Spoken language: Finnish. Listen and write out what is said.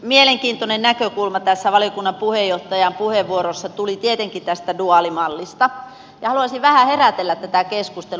mielenkiintoinen näkökulma tässä valiokunnan puheenjohtajan puheenvuorossa tuli tietenkin tästä duaalimallista ja haluaisin vähän herätellä tätä keskustelua